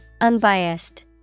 Unbiased